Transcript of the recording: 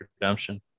Redemption